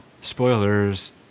Spoilers